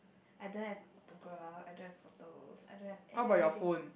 I don't have autograph I don't have photos I don't have anything